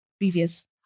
previous